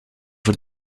voor